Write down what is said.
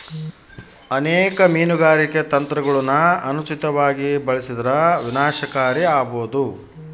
ಅನೇಕ ಮೀನುಗಾರಿಕೆ ತಂತ್ರಗುಳನ ಅನುಚಿತವಾಗಿ ಬಳಸಿದರ ವಿನಾಶಕಾರಿ ಆಬೋದು